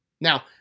Now